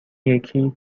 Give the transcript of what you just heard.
یکی